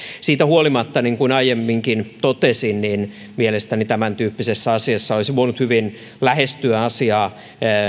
siitä huolimatta niin kuin aiemminkin totesin mielestäni tämäntyyppisessä asiassa olisi voinut hyvin lähestyä asiaa